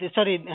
Sorry